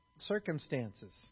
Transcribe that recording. circumstances